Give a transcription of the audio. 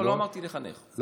לא אמרתי: לחנך,